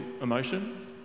emotion